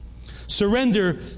Surrender